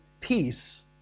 peace